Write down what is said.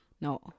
No